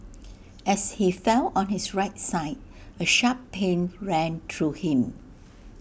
as he fell on his right side A sharp pain ran through him